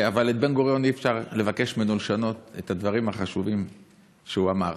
אבל מבן-גוריון אי-אפשר לבקש לשנות את הדברים החשובים שהוא אמר.